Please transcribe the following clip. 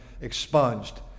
expunged